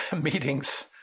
meetings